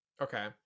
Okay